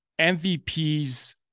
MVPs